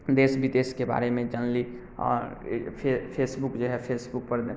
देश विदेशके बारेमे जानली आओर फेर फेसबुक जे है फेसबुक पर